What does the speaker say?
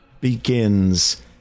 begins